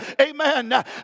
Amen